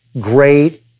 Great